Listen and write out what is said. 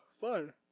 fun